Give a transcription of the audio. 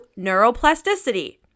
neuroplasticity